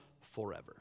forever